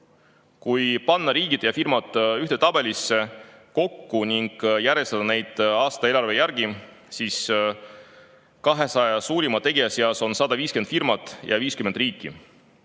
Kui panna riigid ja firmad ühte tabelisse kokku ning järjestada neid aastaeelarve järgi, siis 200 suurima tegija seas on 150 firmat ja 50 riiki.